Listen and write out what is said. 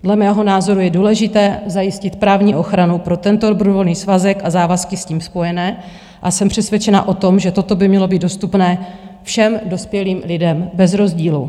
Dle mého názoru je důležité zajistit právní ochranu pro tento dobrovolný svazek a závazky s tím spojené a jsem přesvědčena o tom, že toto by mělo být dostupné všem dospělým lidem bez rozdílu.